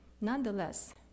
Nonetheless